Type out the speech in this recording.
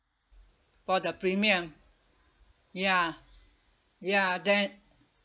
for the premium ya ya then